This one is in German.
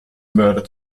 mörder